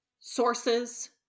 sources